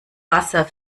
wasser